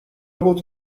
بود